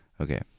Okay